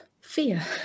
fear